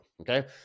Okay